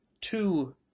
two